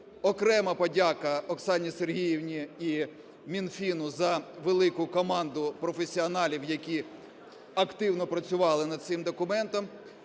Окрема подяка Оксані Сергіївні і Мінфіну за велику команду професіоналів, які активно працювали над цим документом,